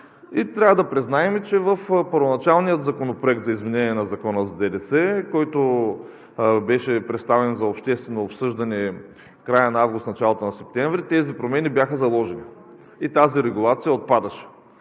трябва да признаем, че в първоначалния Законопроект за изменение на Закона за ДДС, който беше представен за обществено обсъждане в края на август, началото на септември, тези промени бяха заложени и тази регулация отпадаше.